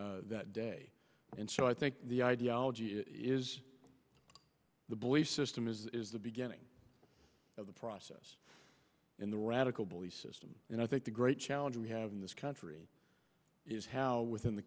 kill that day and so i think the ideology is the boy system is the beginning of the process in the radical belief system and i think the great challenge we have in this country is how within the